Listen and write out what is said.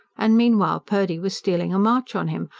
and meanwhile purdy was stealing a march on him,